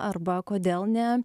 arba kodėl ne